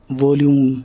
Volume